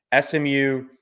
SMU